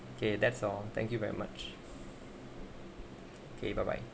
okay that's all thank you very much okay bye bye